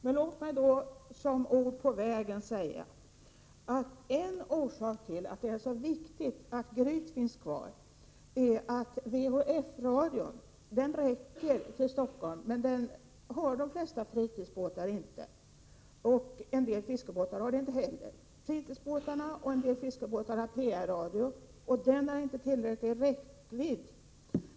Men låt mig då som ord på vägen säga: En orsak till att det är så viktigt att Gryt finns kvar är att VHF-radion, med räckvidd till Stockholm, saknas i de flesta fritidsbåtar och även i en del fiskebåtar. Fritidsbåtar och en del fiskebåtar har PR-radio, och den har inte tillräcklig räckvidd.